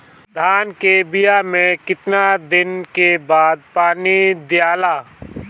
धान के बिया मे कितना दिन के बाद पानी दियाला?